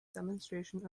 demonstration